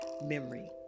memory